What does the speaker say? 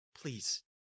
Please